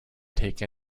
take